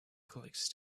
collects